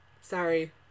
Sorry